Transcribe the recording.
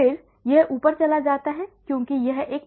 फिर यह ऊपर चला जाता है क्योंकि यह एक parabolic relation है